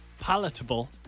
Palatable